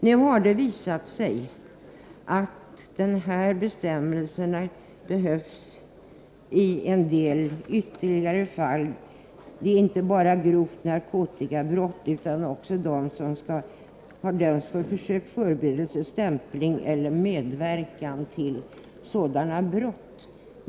Nu har det visat sig att den aktuella bestämmelsen behövs i en del ytterligare fall — inte bara för personer dömda för grova narkotikabrott utan också personer som dömts för försök, förberedelse, stämpling eller medverkan till sådant brott.